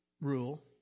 rule